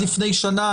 לפני שנתיים